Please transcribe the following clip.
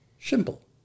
Simple